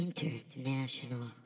International